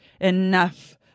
enough